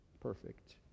perfect